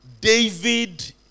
David